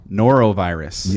norovirus